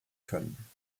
können